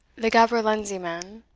the gaberlunzie man.